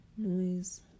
Noise